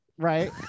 Right